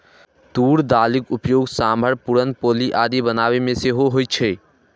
तूर दालिक उपयोग सांभर, पुरन पोली आदि बनाबै मे सेहो होइ छै